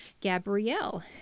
Gabrielle